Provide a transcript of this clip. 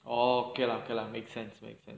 oh okay lah okay lah make sense